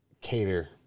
cater